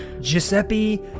Giuseppe